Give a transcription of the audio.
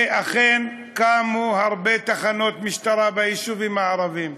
ואכן קמו הרבה תחנות משטרה ביישובים הערביים.